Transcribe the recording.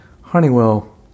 Honeywell